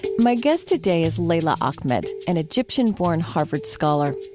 my guest today is leila ahmed, an egyptian-born harvard scholar.